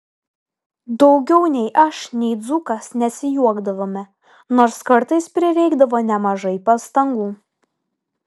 daugiau nei aš nei dzūkas nesijuokdavome nors kartais prireikdavo nemažai pastangų